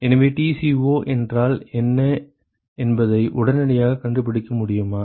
எனவே TCo என்றால் என்ன என்பதை உடனடியாக கண்டுபிடிக்க முடியுமா